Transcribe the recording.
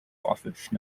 office